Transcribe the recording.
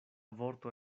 vorto